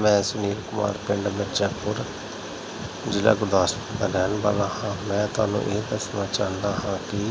ਮੈਂ ਸੁਨੀਲ ਕੁਮਾਰ ਪਿੰਡ ਮੈਂ ਜੈਪੁਰ ਜ਼ਿਲ੍ਹਾ ਗੁਰਦਾਸਪੁਰ ਦਾ ਰਹਿਣ ਵਾਲਾ ਹਾਂ ਮੈਂ ਤੁਹਾਨੂੰ ਇਹ ਦੱਸਣਾ ਚਾਹੁੰਦਾ ਹਾਂ ਕਿ